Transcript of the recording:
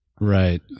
Right